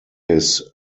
his